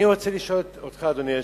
אני רוצה לשאול אותך, אדוני היושב-ראש,